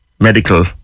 medical